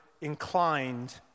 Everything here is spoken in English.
inclined